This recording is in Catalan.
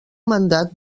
mandat